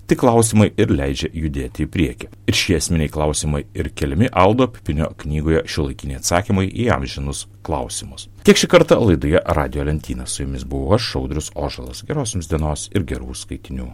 tai klausimai ir leidžia judėti į priekį ir šie esminiai klausimai ir keliami aldo pipinio knygoje šiuolaikiniai atsakymai į amžinus klausimus tiek šį kartą laidoje radijo lentyna su jumis buvau aš audrius ožalas geros dienos ir gerų skaitinių